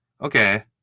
Okay